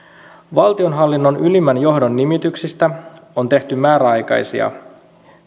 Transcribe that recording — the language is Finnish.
valtionhallinnon ylimmän johdon nimityksistä on tehty määräaikaisia